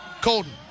Colton